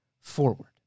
forward